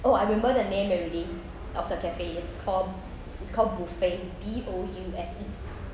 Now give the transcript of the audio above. oh I remember the name already of the cafe it's called it's called Boufe B O U F E